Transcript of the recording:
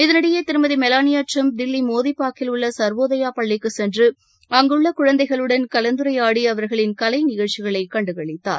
இதனிஎடயே திருமதி Melania Trump Delhi மோதிபாக்கில் உள்ள சர்வோதயா பள்ளிக்குச் சென்று அங்குள்ள குழந்தைகளுடன் கலந்துரையாடி அவர்களின் கலை நிகழ்ச்சிகளை கண்டுகளித்தார்